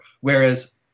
whereas